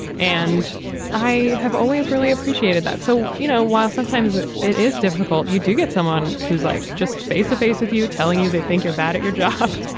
and i have always really appreciated that. so, you know, while sometimes it is difficult, you do get someone who's like just face to face with you telling you they think you're bad at your job.